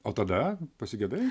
o tada pasigedai